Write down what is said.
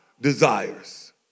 desires